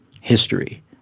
history